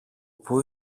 που